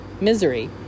misery